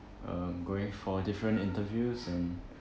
um going for different interviews and